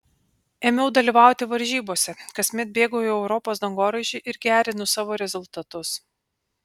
ėmiau dalyvauti varžybose kasmet bėgu į europos dangoraižį ir gerinu savo rezultatus